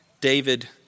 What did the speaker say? David